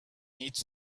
needs